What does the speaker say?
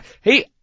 hey